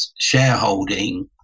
shareholding